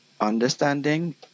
understanding